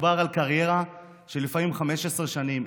מדובר על קריירה של לפעמים 15 שנים,